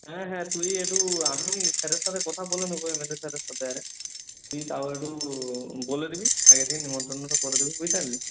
হ্যাঁ হ্যাঁ তুই একটু আমি স্যারের সথে কথা বলে নেব এমএলএ স্যারের সথে আরে তুই তাও একটু বলে দিবি আগে থেকে নিমন্তন্নটা করে দিবি বুঝতে পারলি